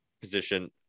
position